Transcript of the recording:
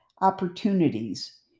opportunities